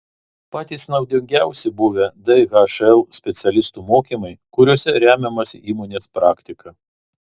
patys naudingiausi buvę dhl specialistų mokymai kuriuose remiamasi įmonės praktika